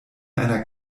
einer